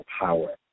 power